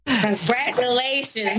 Congratulations